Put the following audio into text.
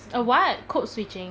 a what code switching